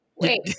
Wait